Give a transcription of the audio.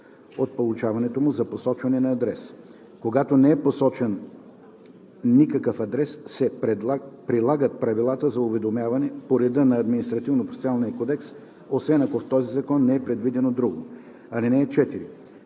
от получаването му за посочване на адрес. Когато не е посочен никакъв адрес, се прилагат правилата за уведомяване по реда на Административнопроцесуалния кодекс, освен ако в този закон не е предвидено друго. (4) Когато